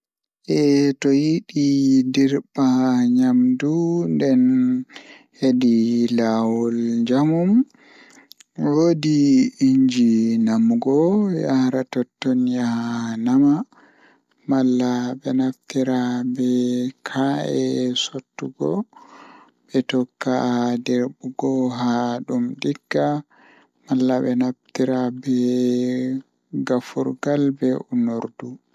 Kuugal am jei Arande kannjum woni sorugo ndiyam Job am ɗiɗi ko mi waɗi nder fannuɓe, miɓɓe so wonaa mi njogii caɗeele ngol. Mi enjoyi ngal sabu mi foti naatude e caɗeele kadi miɗo yiɗi goɗɗum sabu mi aɗa waawi jokkude e goɗɗum